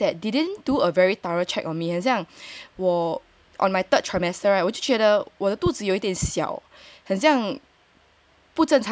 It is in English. but I realize that didn't do a very thorough check on me 很像我 on my third trimester right 我就觉得我的肚子有点小